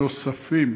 נוספים.